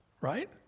right